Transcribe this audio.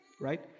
right